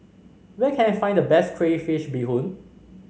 where can I find the best Crayfish Beehoon